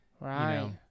right